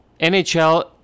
NHL